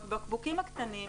בבקבוקים הקטנים,